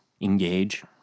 engage